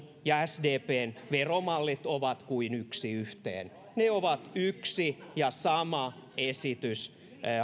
ja sdpn veromallit ovat kuin yksi yhteen ne ovat yksi ja sama esitys